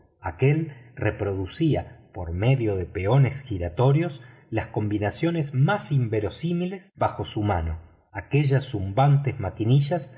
aquél reproducía por medio de peones giratorios las combinaciones más inverosímiles bajo su mano aquellas zumbantes maquinillas